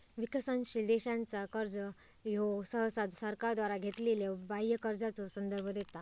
विकसनशील देशांचा कर्जा ह्यो सहसा सरकारद्वारा घेतलेल्यो बाह्य कर्जाचो संदर्भ देता